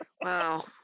Wow